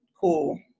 cool